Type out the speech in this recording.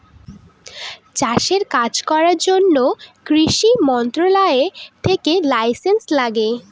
চাষের কাজ করার জন্য কৃষি মন্ত্রণালয় থেকে লাইসেন্স লাগে